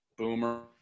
Boomer